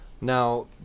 Now